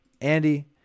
Andy